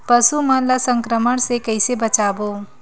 पशु मन ला संक्रमण से कइसे बचाबो?